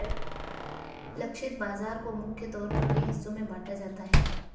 लक्षित बाजार को मुख्य तौर पर कई हिस्सों में बांटा जाता है